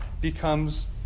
becomes